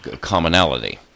commonality